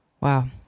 wow